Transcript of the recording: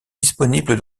disponible